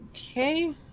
okay